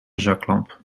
zaklamp